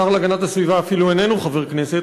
השר להגנת הסביבה אפילו איננו חבר הכנסת,